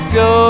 go